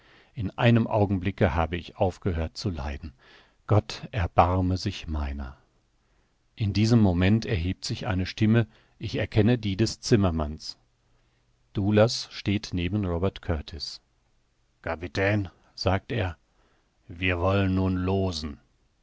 in einem augenblicke habe ich aufgehört zu leiden gott erbarme sich meiner in diesem moment erhebt sich eine stimme ich erkenne die des zimmermanns daoulas steht neben robert kurtis kapitän sagt er wir wollen nun loosen